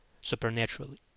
supernaturally